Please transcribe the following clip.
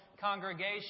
congregation